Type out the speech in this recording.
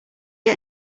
get